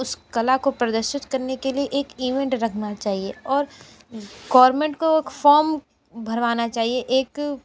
उस कला को प्रदर्शित करने के लिए एक इवेंट रखना चाहिए और गोवर्मेंट को फॉर्म भरवाना चाहिए एक